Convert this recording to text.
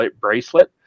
bracelet